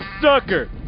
sucker